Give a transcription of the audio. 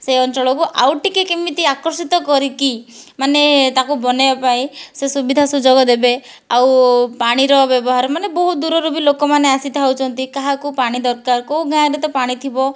ସେ ଅଞ୍ଚଳକୁ ଆଉ ଟିକିଏ କେମିତି ଆକର୍ଷିତ କରିକି ମାନେ ତାକୁ ବନାଇବା ପାଇଁ ସେ ସୁବିଧା ସୁଯୋଗ ଦେବେ ଆଉ ପାଣିର ବ୍ୟବହାର ମାନେ ବହୁତ ଦୂରରୁ ବି ଲୋକମାନେ ଆସିଥାଉଛନ୍ତି କାହାକୁ ପାଣି ଦରକାର କେଉଁ ଗାଁରେ ତ ପାଣି ଥିବ